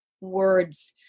words